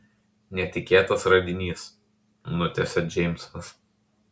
netikėtas radinys nutęsia džeimsas